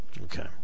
okay